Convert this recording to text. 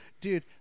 Dude